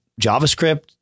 JavaScript